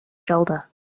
shoulder